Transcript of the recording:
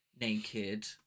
naked